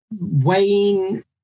Wayne